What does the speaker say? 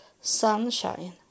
sunshine